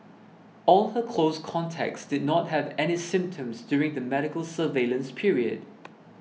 all her close contacts did not have any symptoms during the medical surveillance period